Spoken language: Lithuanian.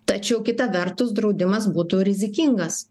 tačiau kita vertus draudimas būtų rizikingas